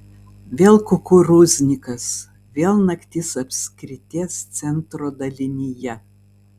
vėl kukurūznikas vėl naktis apskrities centro dalinyje